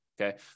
okay